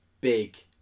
big